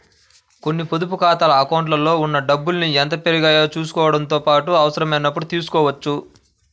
కొన్ని పొదుపు ఖాతాల అకౌంట్లలో ఉన్న డబ్బుల్ని ఎంత పెరిగాయో చూసుకోవడంతో పాటుగా అవసరమైనప్పుడు తీసుకోవచ్చు